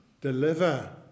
deliver